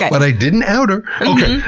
but i didn't out her! okay.